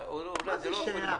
יחמיר.